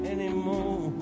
Anymore